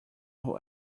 who